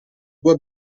due